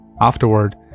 Afterward